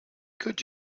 could